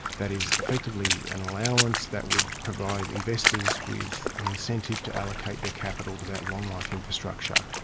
that is effectively an allowance that would provide investors with an incentive to allocate their capital to that long-life infrastructure.